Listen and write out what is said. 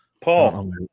Paul